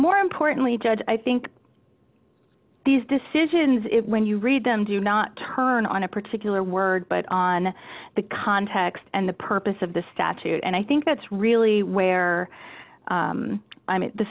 more importantly judge i think these decisions when you read them do not turn on a particular word but on the context and the purpose of the statute and i think that's really where